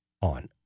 on